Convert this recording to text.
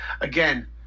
again